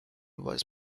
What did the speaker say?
was